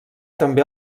també